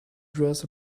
dress